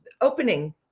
opening